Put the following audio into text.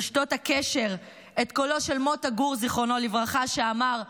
הקשר את קולו של מוטה גור, זיכרונו לברכה, שאמר: